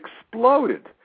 exploded